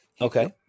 Okay